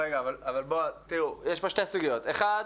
יש פה שתי סוגיות, הראשונה